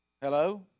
Hello